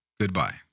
goodbye